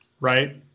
right